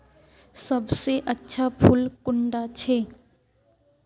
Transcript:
सबसे अच्छा फुल कुंडा छै?